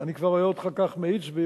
אני כבר רואה אותך כך מאיץ בי,